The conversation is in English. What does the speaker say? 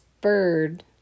bird